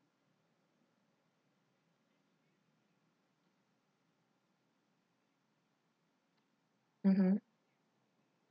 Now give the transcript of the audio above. mmhmm